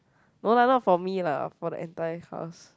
no lah not for me lah for the entire cars